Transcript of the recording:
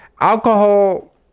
Alcohol